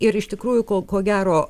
ir iš tikrųjų ko ko gero